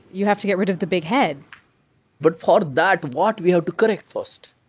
you have to get rid of the big head but for that, what we have to correct first?